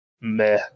meh